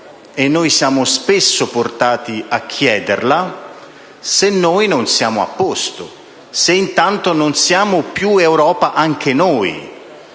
e noi siamo spesso portati a farlo - se non siamo a posto, se intanto non siamo più Europa anche noi.